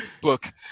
book